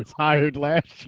hired last